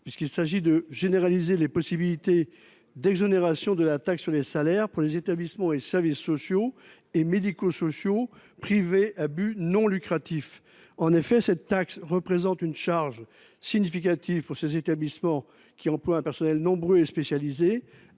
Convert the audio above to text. Il vise à généraliser les possibilités d’exonération de la taxe sur les salaires pour les établissements et services sociaux et médico sociaux (ESSMS) privés à but non lucratif. En effet, cette taxe représente une charge significative pour ces établissements, qui emploient un personnel nombreux et spécialisé,